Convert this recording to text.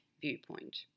viewpoint